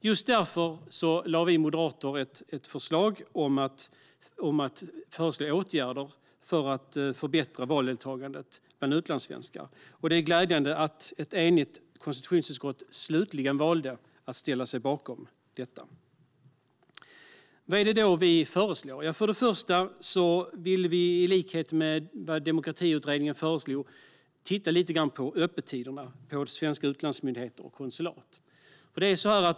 Just därför lade vi moderater fram ett förslag om åtgärder för att förbättra valdeltagandet bland utlandssvenskar. Det är glädjande att ett enigt konstitutionsutskott slutligen valde att ställa sig bakom detta. Vad är det då vi föreslår? För det första vill vi i likhet med vad Demokratiutredningen föreslog titta lite grann på öppettiderna på svenska utlandsmyndigheter och konsulat.